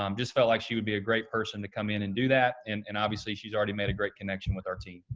um just felt like she would be a great person to come in and do that. and and, obviously, she's already made a great connection with our team.